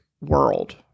world